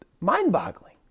Mind-boggling